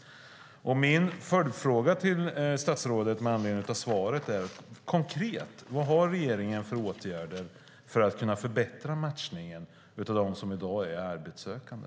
Min följdfråga till statsrådet med anledning av svaret är: Vad har regeringen konkret för åtgärder för att förbättra matchningen av dem som i dag är arbetssökande?